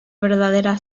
verdadera